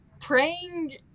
praying